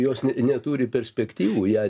jos neturi perspektyvų ją